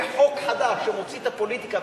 יהיה חוק חדש שמוציא את הפוליטיקה,